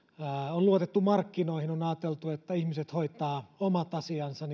on luotettu markkinoihin ja on ajateltu että ihmiset hoitavat omat asiansa